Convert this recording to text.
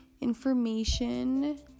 information